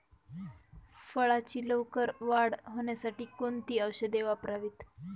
फळाची लवकर वाढ होण्यासाठी कोणती औषधे वापरावीत?